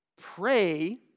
pray